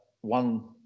One